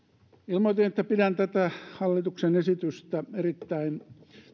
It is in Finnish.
ilmoitin että pidän tätä hallituksen esitystä erittäin